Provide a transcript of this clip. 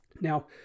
Now